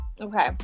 Okay